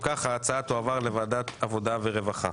אם כך, ההצעה תועבר לוועדת העבודה והרווחה.